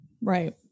Right